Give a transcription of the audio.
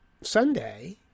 Sunday